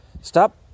stop